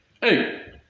Hey